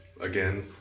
again